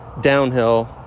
downhill